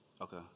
Okay